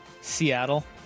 Seattle